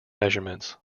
measurements